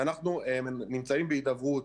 אנחנו נמצאים בהידברות